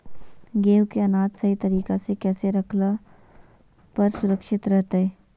गेहूं के अनाज सही तरीका से कैसे रखला पर सुरक्षित रहतय?